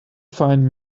find